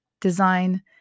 design